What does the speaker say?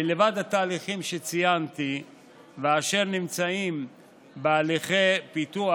מלבד התהליכים שציינתי ואשר נמצאים בהליכי פיתוח